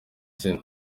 izina